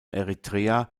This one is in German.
eritrea